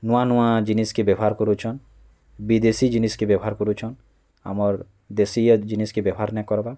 ନୂଆ ନୂଆ ଜିନିଷ୍ କି ବ୍ୟବହାର୍ କରୁଛନ୍ ବିଦେଶୀ ଜିନିଷ୍କେ ବ୍ୟବହାର୍ କରୁଛନ୍ ଆମର୍ ଦେଶୀ ଜିନିଷ୍କେ ବ୍ୟବହାର୍ ନାଇଁ କର୍ବାର୍